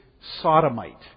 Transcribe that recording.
sodomite